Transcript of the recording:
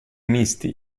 misti